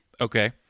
Okay